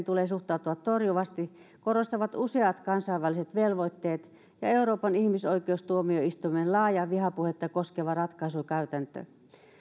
tulee suhtautua torjuvasti korostavat useat kansainväliset velvoitteet ja ja euroopan ihmisoikeustuomioistuimen laaja vihapuhetta koskeva ratkaisukäytäntö